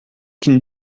can